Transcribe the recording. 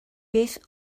beth